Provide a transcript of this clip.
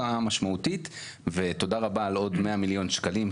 המשמעותית ותודה רבה על עוד 100 מיליון שקלים,